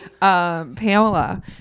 pamela